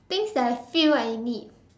things that I feel I need